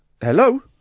Hello